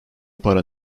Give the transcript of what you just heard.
para